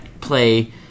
play